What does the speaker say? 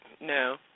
no